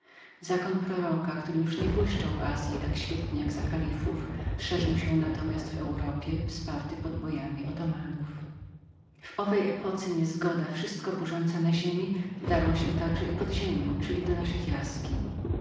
zakon proroka który już nie błyszczał w azyi tak świetnie jak za kalifów szerszyłszerzył się natomiast w europie wsparty podbojami otomanów w owej epoce niezgoda wszystko burząca na ziemi wdarła się także i pod ziemię czyli do naszych jaskiń